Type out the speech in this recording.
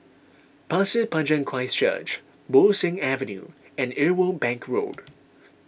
Pasir Panjang Christ Church Bo Seng Avenue and Irwell Bank Road